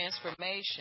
transformation